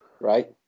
Right